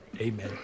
Amen